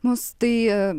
mus tai